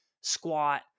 squat